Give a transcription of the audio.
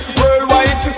worldwide